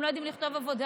הם לא יודעים לכתוב עבודה,